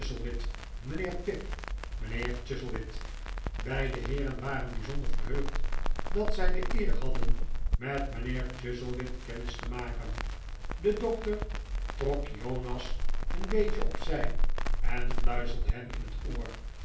mijnheer pip mijnheer chuzzlewit beide heeren waren bijzonder verheugd dat zij de eer hadden met mijnheer chuzzlewit kennis te maken de dokter trok jonas een beetje op zij en fluisterde hem in het oor